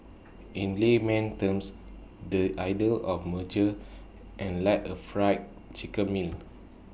in layman terms the idea of merger and like A Fried Chicken meal